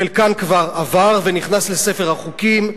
חלקן כבר עבר ונכנס לספר החוקים.